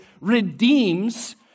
redeems